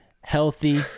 healthy